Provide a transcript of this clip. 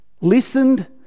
listened